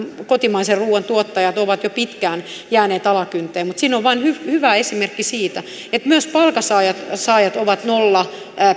kotimaisen ruuan tuottajat ovat jo pitkään jääneet alakynteen mutta siinä on vain hyvä esimerkki siitä että myös palkansaajat ovat nollan